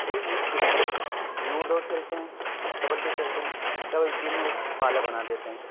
تو یہ کرکٹ ہے لوڈو کھیلتے ہیں کبڈی کھیلتے ہیں کبڈی میں ایک پالا بنا دیتے ہیں